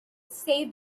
saved